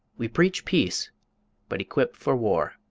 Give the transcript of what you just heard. we preach peace but equip for war.